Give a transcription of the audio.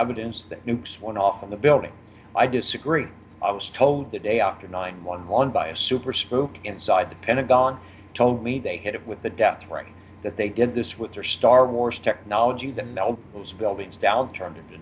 evidence that nukes went off in the building i disagree i was told the day after nine one one by a super spook inside the pentagon told me they had it with the dept writing that they did this with their star wars technology that those buildings down turn